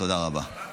תודה רבה.